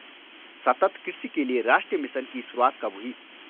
सतत कृषि के लिए राष्ट्रीय मिशन की शुरुआत कब हुई?